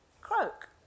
croak